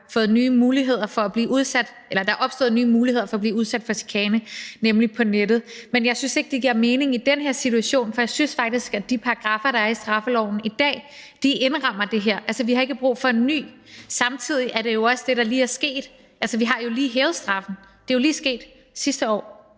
der jo er opstået nye muligheder for at blive udsat for chikane, nemlig på nettet. Men jeg synes ikke, at det giver mening i den her situation, for jeg synes faktisk, at de paragraffer, der er i straffeloven i dag, indrammer det her. Altså, vi har ikke brug for en ny. Samtidig er det jo også det, der lige er sket. Altså, vi har jo lige hævet straffen; det er jo lige sket sidste år